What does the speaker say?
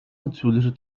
natürliche